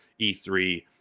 E3